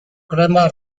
crema